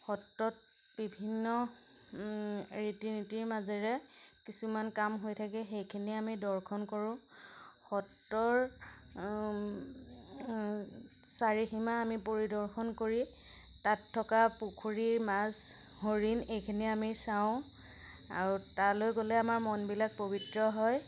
সত্ৰত বিভিন্ন ৰীতি নীতিৰ মাজেৰে কিছুমান কাম হৈ থাকে সেইখিনি আমি দৰ্শন কৰোঁ সত্ৰৰ চাৰিসীমা আমি পৰিদৰ্শন কৰি তাত থকা পুখুৰী মাছ হৰিণ এইখিনি আমি চাওঁ আৰু তালৈ গ'লে আমাৰ মনবিলাক পবিত্ৰ হয়